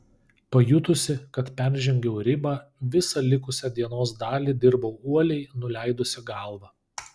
pajutusi kad peržengiau ribą visą likusią dienos dalį dirbau uoliai nuleidusi galvą